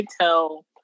tell